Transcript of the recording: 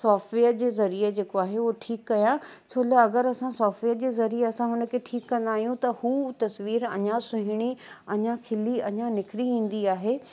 software जे ज़रिए जेको आहे उहो ठीकु कयां छो लाइ अगरि असां सोफ्टवेअर जे ज़रिए असां हुनखे ठीकु कंदा आहियूं त उहो तस्वीर अञा सुहिणी अञा खिली अञा निखरी ईंदी आहे